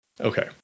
Okay